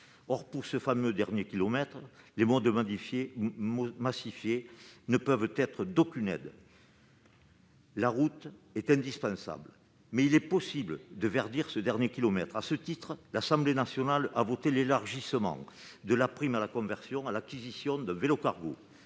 Or, pour ce fameux dernier kilomètre, les modes massifiés ne peuvent être d'aucune aide : la route est indispensable. Il est toutefois possible de verdir ce dernier kilomètre. À cet égard, l'Assemblée nationale a voté l'extension de la prime à la conversion à l'acquisition d'un vélo-cargo.